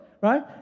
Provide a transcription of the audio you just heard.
right